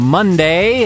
Monday